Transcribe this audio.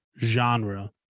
genre